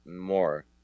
More